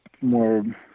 more